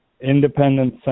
Independent